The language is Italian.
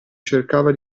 cercava